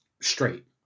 straight